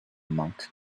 monk